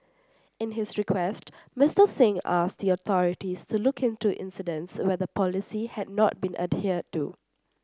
in his request Mister Singh asked the authorities to look into incidents where the policy had not been adhered to